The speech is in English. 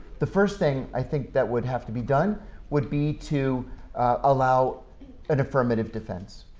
the first thing i think that would have to be done would be to allow an affirmative defense.